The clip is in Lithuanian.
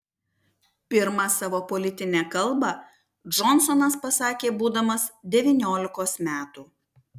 pirmą savo politinę kalbą džonsonas pasakė būdamas devyniolikos metų